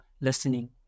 listening